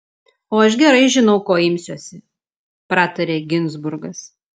o aš gerai žinau ko imsiuosi pratarė ginzburgas